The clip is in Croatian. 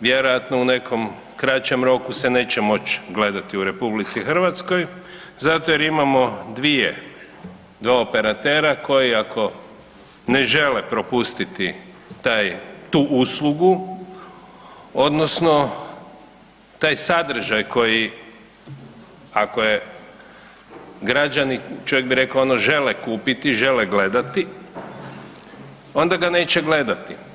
vjerojatno u nekom kraćem roku se neće moći gledati u RH zato jer imamo dvije, dva operatera koji ako ne žele propustiti taj, tu uslugu odnosno taj sadržaj koji ako je građani čovjek bi rekao žele kupiti, žele gledati onda ga neće gledati.